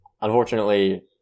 unfortunately